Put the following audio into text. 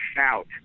out